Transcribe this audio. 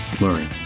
learn